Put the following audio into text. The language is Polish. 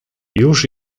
już